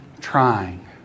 trying